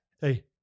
Hey